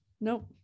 Nope